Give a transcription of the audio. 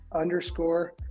underscore